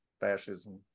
fascism